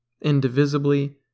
indivisibly